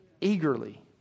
Eagerly